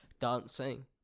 dancing